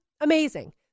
amazing